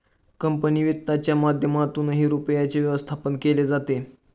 company वित्तच्या माध्यमातूनही रुपयाचे व्यवस्थापन केले जाते